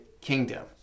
Kingdom